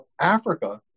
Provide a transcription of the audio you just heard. Africa